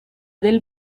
del